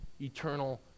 eternal